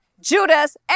Judas